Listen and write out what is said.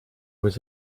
was